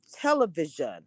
television